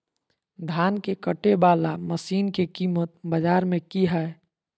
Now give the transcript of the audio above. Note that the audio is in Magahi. धान के कटे बाला मसीन के कीमत बाजार में की हाय?